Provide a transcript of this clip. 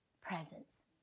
presence